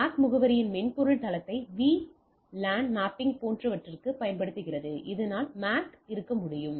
MAC முகவரியின் மென்பொருள் தளத்தை VLAN மேப்பிங் போன்றவற்றுக்கு பயன்படுத்துகிறது இதனால் MAC இருக்க முடியும்